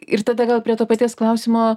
ir tada gal prie to paties klausimo